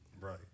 Right